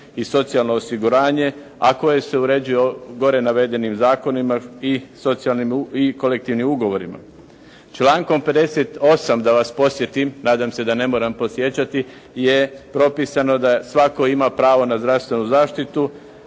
i socijalno osiguranje, a koje se uređuje gore navedenim zakonima i kolektivnim ugovorima. Člankom 58. da vas podsjetim, nadam se da ne moram podsjećati, je propisano da svatko ima pravo na zdravstvenu zaštitu,